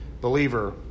believer